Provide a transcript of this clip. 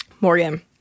Morgan